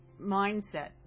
mindset